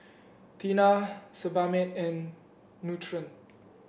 Tena Sebamed and Nutren